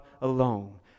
alone